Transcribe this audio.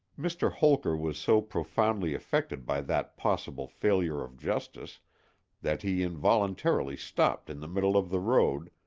mr. holker was so profoundly affected by that possible failure of justice that he involuntarily stopped in the middle of the road,